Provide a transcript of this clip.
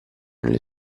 nella